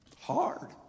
Hard